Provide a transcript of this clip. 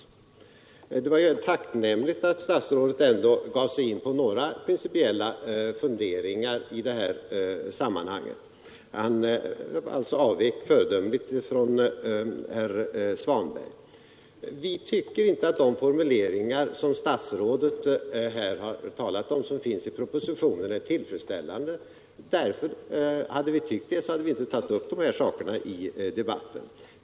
Det var tacknämligt att statsrådet ändå gav sig in på några principiella funderingar i det här sammanhanget — han avvek föredömligt från herr Svanberg. Vi tycker inte att de formuleringar som statsrådet här har talat om och som finns i propositionen är tillfredsställande; om vi tyckt det hade vi inte tagit upp dessa saker i debatten.